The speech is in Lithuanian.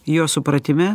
jo supratime